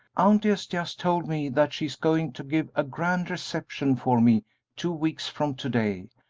auntie has just told me that she is going to give a grand reception for me two weeks from to-day,